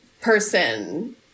person